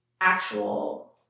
actual